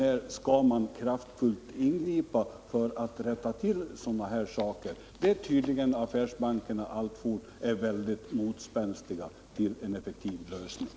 När skall regeringen kraftfullt ingripa för att rätta till sådana här svårigheter? Det är tydligen affärsbankerna som alltfort är väldigt motspänstiga mot en effektiv lösning.